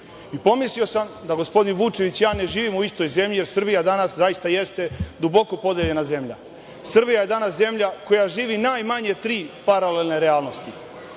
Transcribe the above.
Pomislio sam da gospodin Vučević i ja ne živimo u istoj zemlji, jer Srbija danas zaista jeste duboko podeljena zemlja. Srbija je danas zemlja koja živi najmanje tri paralelne realnosti.